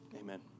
Amen